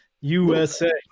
USA